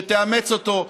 שתאמץ אותו,